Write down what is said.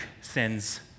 sins